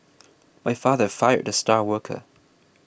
my father fired the star worker